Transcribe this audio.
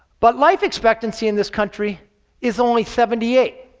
but life expectancy in this country is only seventy eight.